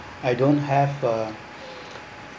I don't have a